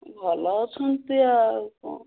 ଭଲ ଅଛିନ୍ତ ଆଉ